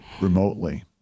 remotely